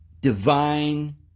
divine